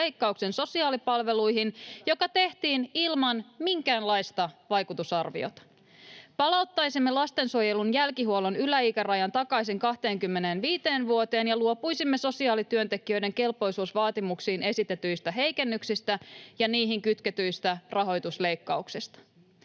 leikkauksen sosiaalipalveluihin, joka tehtiin ilman minkäänlaista vaikutusarviota. Palauttaisimme lastensuojelun jälkihuollon yläikärajan takaisin 25 vuoteen ja luopuisimme sosiaalityöntekijöiden kelpoisuusvaatimuksiin esitetyistä heikennyksistä ja niihin kytketyistä rahoitusleikkauksista.